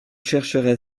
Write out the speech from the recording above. chercherai